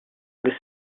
this